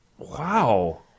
Wow